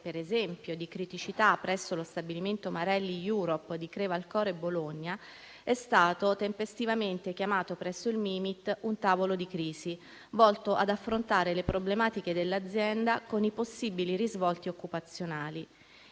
per esempio di criticità presso lo stabilimento Marelli Europe di Crevalcore (Bologna), è stato tempestivamente chiamato presso il MIMIT un tavolo di crisi volto ad affrontare le problematiche dell'azienda, con i possibili risvolti occupazionali.